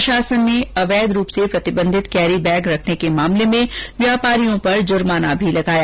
प्रशासन ने अवैध रूप से प्रतिबंधित कैरी बैग रखने के मामले में व्यापारियों पर जुर्माना भी लगाया